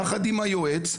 יחד עם היועץ,